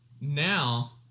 Now